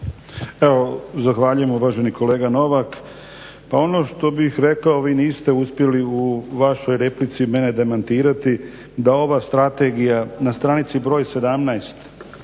Evo, zahvaljujem uvaženi kolega Novak. Pa ono što bih rekao vi niste uspjeli u vašoj replici mene demantirati da ova Strategija na stranici broj 17